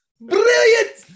Brilliant